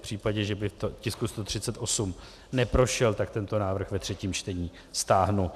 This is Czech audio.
V případě, že by tisk 138 neprošel, tak tento návrh ve třetím čtení stáhnu.